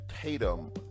tatum